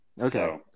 Okay